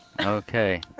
Okay